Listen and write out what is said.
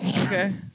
Okay